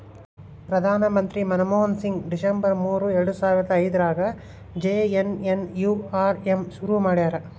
ಪ್ರಧಾನ ಮಂತ್ರಿ ಮನ್ಮೋಹನ್ ಸಿಂಗ್ ಡಿಸೆಂಬರ್ ಮೂರು ಎರಡು ಸಾವರ ಐದ್ರಗಾ ಜೆ.ಎನ್.ಎನ್.ಯು.ಆರ್.ಎಮ್ ಶುರು ಮಾಡ್ಯರ